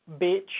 Bitch